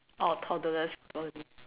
oh toddler's body